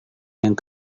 yang